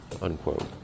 unquote